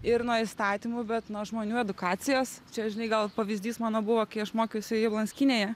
ir nuo įstatymų bet nuo žmonių edukacijos čia žinai gal pavyzdys mano buvo kai aš mokiausi jablonskynėje